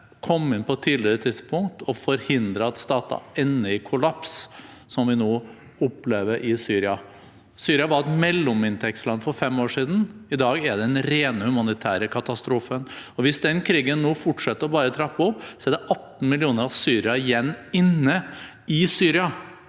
kunne komme inn og forhindre at stater ender i kollaps, som vi nå opplever i Syria. Syria var et mellominntektsland for fem år siden. I dag er det den rene humanitære katastrofen. Hvis den krigen nå bare fortsetter å trappes opp, er det 18 millioner syrere igjen inne i Syria.